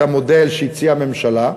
את המודל שהציעה הממשלה,